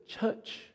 church